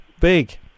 big